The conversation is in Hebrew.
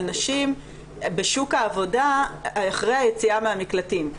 נשים בשוק העבודה אחרי היציאה מהמקלטים,